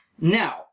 Now